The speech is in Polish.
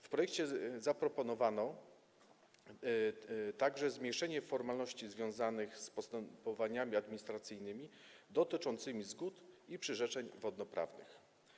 W projekcie zaproponowano także zmniejszenie formalności związanych z postępowaniami administracyjnymi dotyczącymi zgód i przyrzeczeń wodnoprawnych.